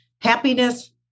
happiness